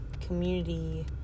community